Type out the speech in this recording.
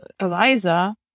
Eliza